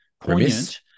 poignant